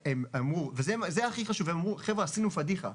וזה הכי חשוב, הם אמרו "חבר'ה, עשינו פדיחה.